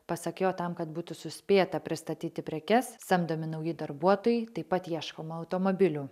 pasak jo tam kad būtų suspėta pristatyti prekes samdomi nauji darbuotojai taip pat ieškoma automobilių